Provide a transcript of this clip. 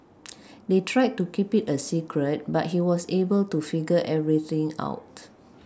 they tried to keep it a secret but he was able to figure everything out